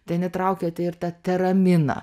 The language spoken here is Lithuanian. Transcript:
ten įtraukėte ir tą teraminą